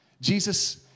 Jesus